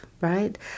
right